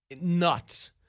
Nuts